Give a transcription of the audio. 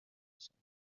بشوند